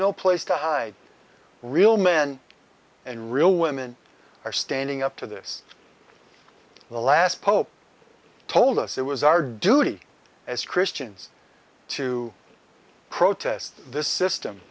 no place to hide real men and real women are standing up to this the last pope told us it was our duty as christians to protest this system